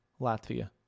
Latvia